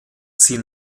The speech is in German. sie